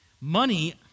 money